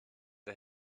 der